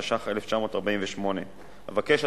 התש"ח 1948. אבקש,